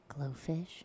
glowfish